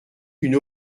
une